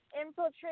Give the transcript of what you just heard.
infiltrate